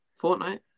Fortnite